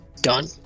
Done